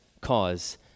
cause